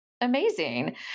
Amazing